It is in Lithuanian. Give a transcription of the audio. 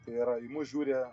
tai yra į mus žiūri